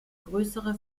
größere